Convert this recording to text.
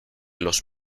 los